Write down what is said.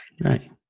Right